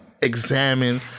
examine